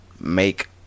Make